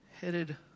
headed